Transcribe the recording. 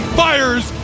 fires